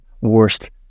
worst